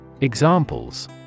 Examples